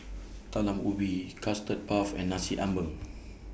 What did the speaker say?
Talam Ubi Custard Puff and Nasi Ambeng